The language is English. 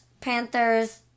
Panthers